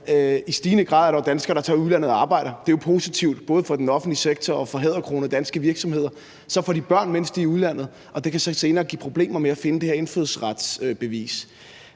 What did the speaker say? i stigende grad oplever, at der er danskere, der tager til udlandet og arbejder – det er jo positivt både for den offentlige sektor og for hæderkronede danske virksomheder – og så får de børn, mens de er i udlandet, og det kan så senere give problemer med at finde det her indfødsretsbevis.